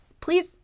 please